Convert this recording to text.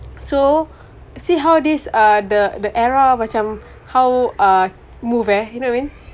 so see how this uh the the era macam how uh move eh you know what I mean